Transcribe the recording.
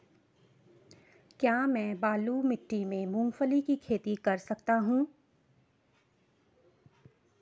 क्या मैं बालू मिट्टी में मूंगफली की खेती कर सकता हूँ?